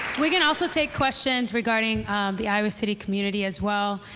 we can also take questions regarding the iowa city community as well.